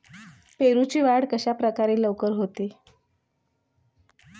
पेरूची वाढ कशाप्रकारे लवकर होते?